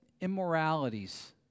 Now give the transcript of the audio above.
immoralities